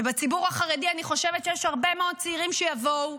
ובציבור החרדי אני חושבת שיש הרבה מאוד צעירים שיבואו,